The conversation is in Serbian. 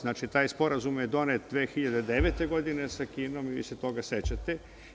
Znači, taj sporazum je donet 2009. godine sa Kinom, i vi se toga sećate.